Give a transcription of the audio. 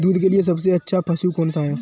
दूध के लिए सबसे अच्छा पशु कौनसा है?